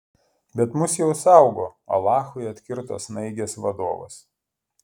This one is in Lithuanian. bet mus jau saugo alachui atkirto snaigės vadovas